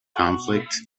conflict